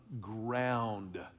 ground